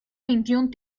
veintiún